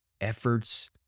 efforts